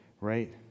right